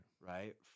Right